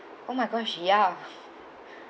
oh my god she ya